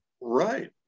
Right